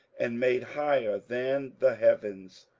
and made higher than the heavens